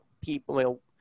people